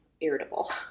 irritable